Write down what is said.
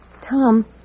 Tom